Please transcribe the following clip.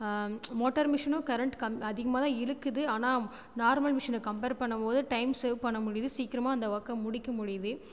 motor மிஷினும் current கம் அதிகமாக தான் இழுக்குது ஆனால் நார்மல் மிஷினை கம்பேர் பண்ணம் போது டைம் சேவ் பண்ண முடியுது சீக்கிரமாக அந்த ஒர்க்கை முடிக்க முடியுது